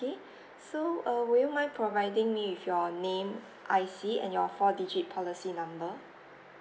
~ay so uh would you mind providing me with your name I_C and your four digit policy number